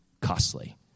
costly